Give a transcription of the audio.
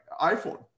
iPhone